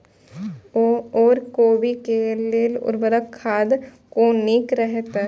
ओर कोबी के लेल उर्वरक खाद कोन नीक रहैत?